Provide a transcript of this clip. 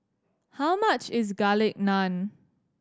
how much is Garlic Naan